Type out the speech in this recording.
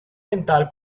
mental